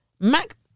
Mac